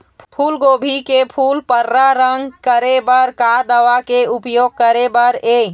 फूलगोभी के फूल पर्रा रंग करे बर का दवा के उपयोग करे बर ये?